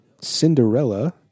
Cinderella